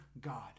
God